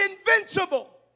Invincible